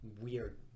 weird